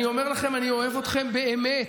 אני אומר לכם: אני אוהב אתכם באמת,